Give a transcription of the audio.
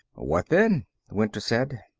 what then? winter said.